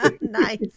nice